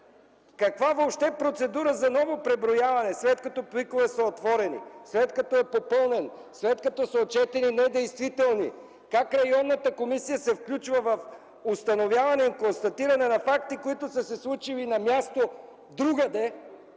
Каква процедура въобще за ново преброяване, след като пликове са отворени, след като е попълнен, след като са отчетени недействителни? Как районната комисия се включва в установяване и констатиране на факти, които са се случили на друго